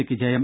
സിക്ക് ജയം